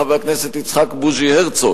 חבר הכנסת יצחק הרצוג.